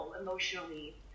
emotionally